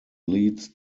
leads